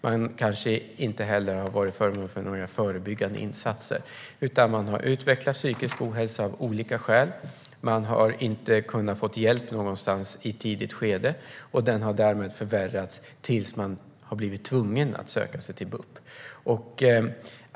Man kanske inte heller har varit föremål för några förebyggande insatser, utan har utvecklat psykisk ohälsa av olika skäl. Man har inte kunnat få hjälp någonstans i ett tidigt skede. Den psykiska ohälsan har därmed förvärrats tills man blivit tvungen att söka sig till BUP.